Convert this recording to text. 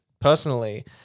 personally